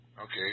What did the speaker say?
Okay